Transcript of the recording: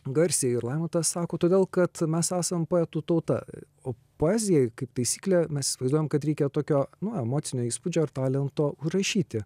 garsiai ir laimantas sako todėl kad mes esam poetų tauta o poezijai kaip taisyklė mes vaizduojam kad reikia tokio nu emocinio įspūdžio ar talento rašyti